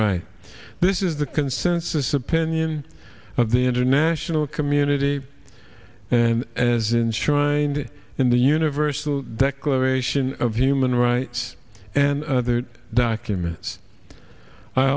right this is the consensus opinion of the international community and as in china in the universal declaration of human rights and documents i